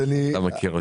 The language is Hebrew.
אתה מכיר אותי.